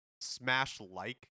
Smash-like